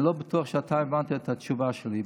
אני לא בטוח שאתה הבנת את התשובה שלי.